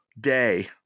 day